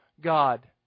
God